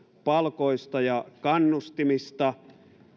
palkoista ja kannustimista